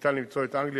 ניתן למצוא את אנגליה,